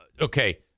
Okay